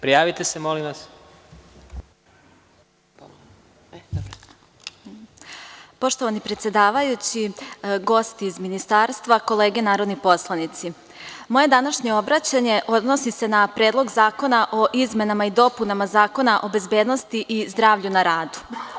Poštovani predsedavajući, gosti iz Ministarstva, kolege narodni poslanici, moje današnje obraćanje odnosi se na Predlog zakona o izmenama i dopunama Zakona o bezbednosti i zdravlju na radu.